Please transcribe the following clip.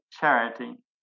charity